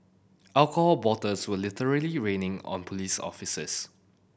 alcohol bottles were literally raining on police officers